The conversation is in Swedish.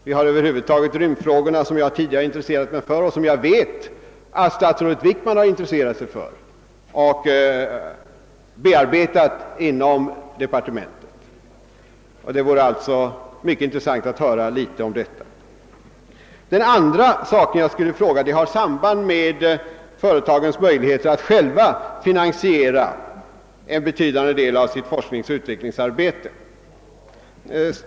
Vi har också rymdfrågorna över huvud taget, vilka jag tidigare har intresserat mig för och vet att statsrådet Wickman också varit intresserad av och bearbetat inom departementet. Det vore mycket intressant att höra litet också om den saken. Min andra fråga har samband med företagens möjligheter att själva finansiera en betydande del av sitt forskningsoch utvecklingsarbete.